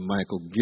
Michael